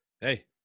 Hey